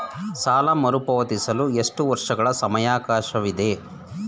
ಸಾಲ ಮರುಪಾವತಿಸಲು ಎಷ್ಟು ವರ್ಷಗಳ ಸಮಯಾವಕಾಶವಿದೆ?